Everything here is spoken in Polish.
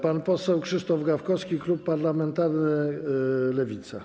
Pan poseł Krzysztof Gawkowski, klub parlamentarny Lewica.